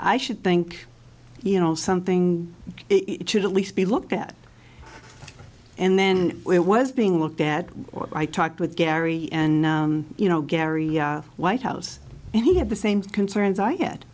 i should think you know something it should at least be looked at and then it was being looked at i talked with gary and you know gary white house and he had the same concerns i